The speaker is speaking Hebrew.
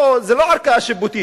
זה לא ערכאה שיפוטית,